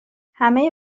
همه